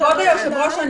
כבוד היושב ראש,